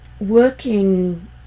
working